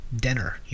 dinner